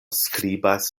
skribas